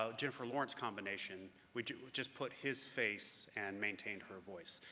ah jennifer lawrence combination, we just put his face and maintained her voice.